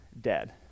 dead